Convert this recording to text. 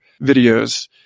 videos